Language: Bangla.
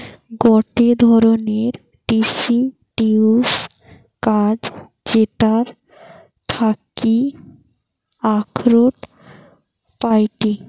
গটে ধরণের ডিসিডিউস গাছ যেটার থাকি আখরোট পাইটি